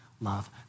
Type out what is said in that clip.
love